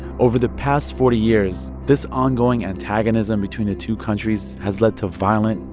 over the past forty years, this ongoing antagonism between the two countries has led to violent,